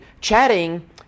Chatting